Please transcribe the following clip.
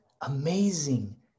amazing